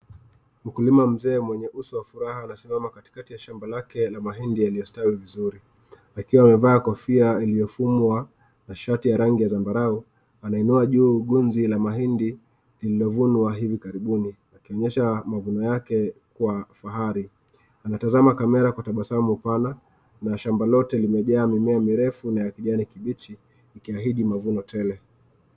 Mkulima mzee mwenye uso wa furaha anasimama katikati ya shamba lake la mahindi yaliyostawi vizuri. Akiwa amevaa kofia iliyofumwa na shati ya rangi ya zambarau, anainua juu gunzi la mahindi lililovunwa hivi karibuni, akionyesha mavuno yake kwa fahari. Anatazama kamera kwa tabasamu pana na shamba lote limejaa mimea mirefu na ya kijani kibichi ikiahidi mavuno tele.